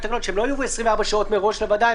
שהן לא יהיו 24 שעות מראש לוועדה,